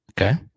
Okay